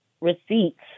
receipts